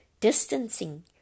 distancing